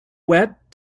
wet